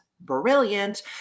brilliant